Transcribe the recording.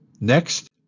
Next